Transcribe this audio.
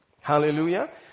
Hallelujah